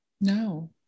No